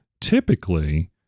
typically